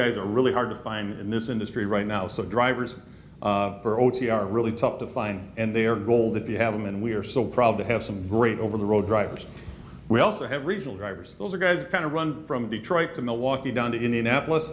guys are really hard to find in this industry right now so drivers are o t r really tough to find and they are gold if you have them and we're so proud to have some great over the road drives we also have regional drivers those guys kind of run from detroit to milwaukee down to indianapolis